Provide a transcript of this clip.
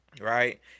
right